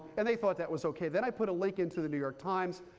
and they thought that was ok. then i put a link into the new york times,